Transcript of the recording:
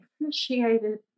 appreciated